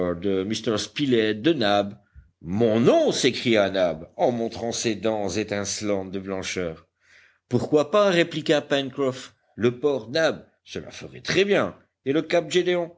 de nab mon nom s'écria nab en montrant ses dents étincelantes de blancheur pourquoi pas répliqua pencroff le port nab cela ferait très bien et le cap